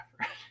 effort